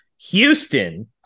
Houston